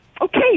Okay